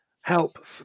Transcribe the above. help